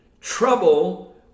trouble